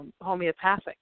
Homeopathic